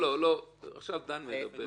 ועכשיו פספס כמה תשלומים,